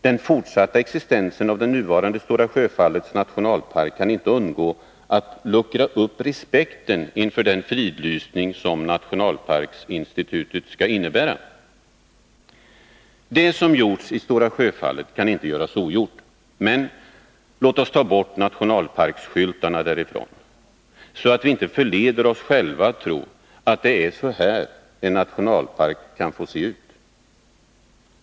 Den fortsatta existensen av den nuvarande Stora Sjöfallets nationalpark kan inte undgå att luckra upp respekten inför den fridlysning som nationalparksinstitut skall innebära. Det som gjorts i Stora Sjöfallet kan inte göras ogjort. Men låt oss ta bort nationalparksskyltarna därifrån, så att vi inte förleder oss själva att tro att det är så här en nationalpark kan få se ut.